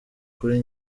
kuri